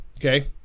Okay